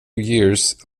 years